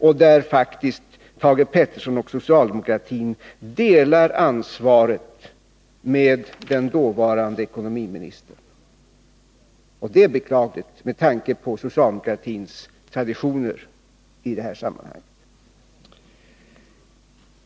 För den delar Thage Peterson och socialdemokraterna ansvaret med den dåvarande ekonomiministern. Det är beklagligt, med tanke på socialdemokratins traditioner i detta sammanhang.